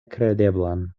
kredeblan